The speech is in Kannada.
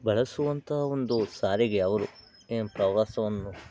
ಬಳಸುವಂತಹ ಒಂದು ಸಾರಿಗೆ ಅವರು ಏನು ಪ್ರವಾಸವನ್ನು